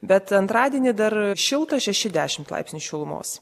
bet antradienį dar šilta šeši dešimt laipsnių šilumos